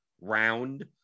round